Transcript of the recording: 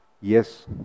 Yes